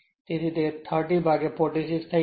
તેથી તે 30 ભાગ્યા 46 થઈ જશે